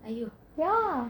!aiyo!